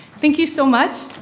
thank you so much.